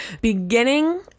Beginning